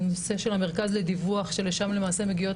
הנושא של המרכז לדיווח שלשם למעשה מגיעות